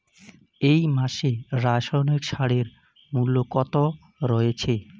এই মাসে রাসায়নিক সারের মূল্য কত রয়েছে?